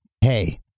hey